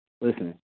Listen